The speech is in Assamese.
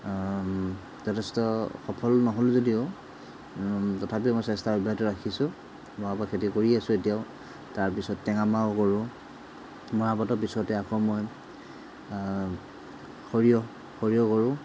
যথেষ্ট সফল নহ'ল যদিও তথাপিও মই চেষ্টা অব্যাহত ৰাখিছোঁ মৰাপাট খেতি কৰি আছোঁ এতিয়াও তাৰপিছত টেঙামৰাও কৰোঁ মৰাপাটৰ পিছতে আকৌ মই সৰিয়হ সৰিয়হ কৰোঁ